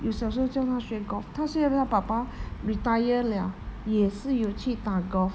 有小时候教她学 golf 她现在她爸爸 retire 了也是有去打 golf